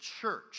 church